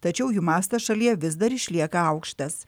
tačiau jų mastas šalyje vis dar išlieka aukštas